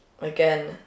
again